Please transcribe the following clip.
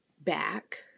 back